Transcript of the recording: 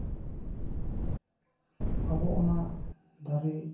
ᱟᱵᱚ ᱚᱱᱟ ᱫᱟᱨᱮ